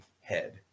head